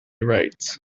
rights